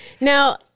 Now